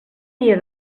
dia